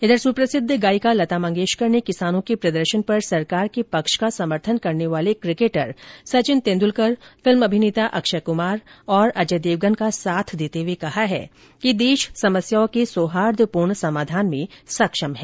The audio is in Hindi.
इधर सुप्रसिद्ध गायिका लता मंगेशकर ने किसानों के प्रदर्शन पर सरकार के पक्ष का समर्थन करने वाले किकेटर सचिन तेंद्रलकर फिल्म अभिनेता अक्षय कुमार और अजय देवगन का साथ देते हुए कहा है कि देश समस्याओं के सौहार्द पूर्ण समाधान में समक्ष है